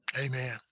amen